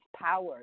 power